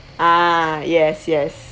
ah yes yes